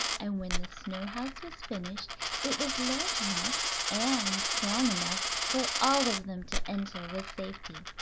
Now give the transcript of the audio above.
and when the snow house was finished it was large enough and strong enough for all of them to enter with safety.